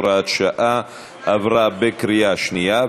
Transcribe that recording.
הוראת שעה) עברה בקריאה שנייה.